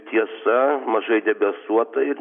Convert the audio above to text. tiesa mažai debesuota ir